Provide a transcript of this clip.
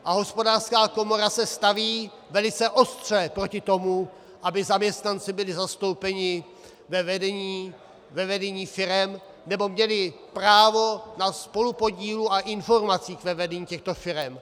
A Hospodářská komora se staví velice ostře proti tomu, aby zaměstnanci byli zastoupeni ve vedení firem nebo měli právo na spolupodílu a informacích ve vedení těchto firem.